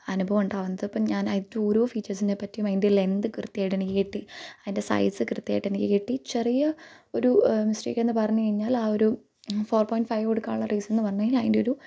അനുഭവം ഒണ്ടാവുന്നത് ഇപ്പം ഞാൻ്റോരോ ഫീച്ചേഴ്സിനെ പറ്റിയും അതിൻ്റെ ലെങ്ത് കൃത്യമായിട്ട് എനിക്ക് കിട്ടി അതിൻ്റെ സൈസ് കൃത്യമായിട്ട് എനിക്ക് കിട്ടി ചെറിയ ഒരു മിസ്റ്റേക്കെന്ന് പറഞ്ഞു കഴിഞ്ഞാൽ ആ ഒരു ഫോർ പോയിൻ്റ് ഫൈവ് കൊടുക്കാനുള്ള റീസൺന്ന് പറഞ്ഞാൽ അതിന്റൊരു